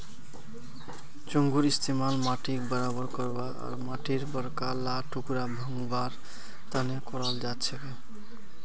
चंघूर इस्तमाल माटीक बराबर करवा आर माटीर बड़का ला टुकड़ा भंगवार तने कराल जाछेक